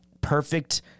perfect